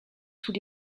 sous